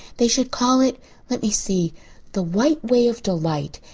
they should call it let me see the white way of delight.